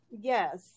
yes